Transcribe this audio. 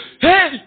Hey